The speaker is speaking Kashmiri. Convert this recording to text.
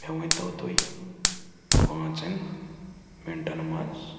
مےٚ ؤنۍ تو تُہۍ پانٛژَن مِنٹَن منٛز